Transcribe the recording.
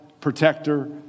protector